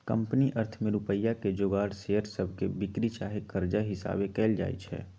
company अर्थ में रुपइया के जोगार शेयर सभके बिक्री चाहे कर्जा हिशाबे कएल जाइ छइ